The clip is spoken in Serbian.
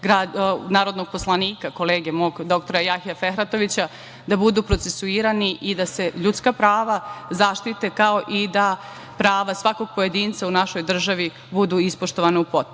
narodnog poslanika, kolege mog, dr Jahje Fehratovića, da budu procesuirani i da se ljudska prava zaštite kao i da prava svakog pojedinca u našoj državi budu ispoštovana u